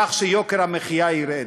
כך שיוקר המחיה ירד.